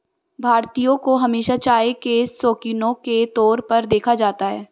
भारतीयों को हमेशा चाय के शौकिनों के तौर पर देखा जाता है